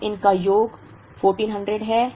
अब इनका योग 1400 है